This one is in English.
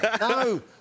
No